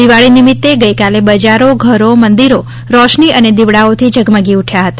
દિવાળી નિમિત્તે ગઇકાલે બજારો ધરો મંદિરો રોશની અને દિવડાઓથી ઝગમગી ઉઠયા હતા